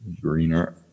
greener